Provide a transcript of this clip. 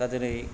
दा दिनै